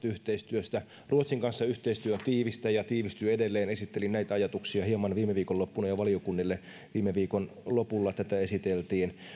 yhteistyöstä ruotsin kanssa yhteistyö on tiivistä ja tiivistyy edelleen esittelin näitä ajatuksia hieman viime viikonloppuna jo valiokunnille viime viikon lopulla tätä esiteltiin